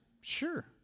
Sure